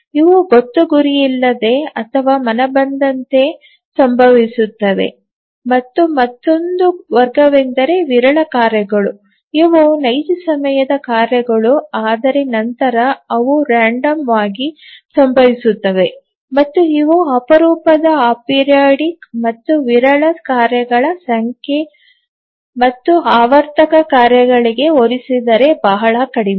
ಇವು ಗೊತ್ತುಗುರಿಯಿಲ್ಲದೆ ಅಥವಾ ಮನಬಂದಂತೆ ಸಂಭವಿಸುತ್ತವೆ ಮತ್ತು ಮತ್ತೊಂದು ವರ್ಗವೆಂದರೆ ವಿರಳ ಕಾರ್ಯಗಳು ಇವು ನೈಜ ಸಮಯದ ಕಾರ್ಯಗಳು ಆದರೆ ನಂತರ ಅವು randomವಾಗಿ ಸಂಭವಿಸುತ್ತವೆ ಮತ್ತು ಇವು ಅಪರೂಪದ ಅಪೆರಿಯೋಡಿಕ್ ಮತ್ತು ವಿರಳ ಕಾರ್ಯಗಳ ಸಂಖ್ಯೆ ಮತ್ತು ಆವರ್ತಕ ಕಾರ್ಯಗಳಿಗೆ ಹೋಲಿಸಿದರೆ ಬಹಳ ಕಡಿಮೆ